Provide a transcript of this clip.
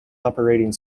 operating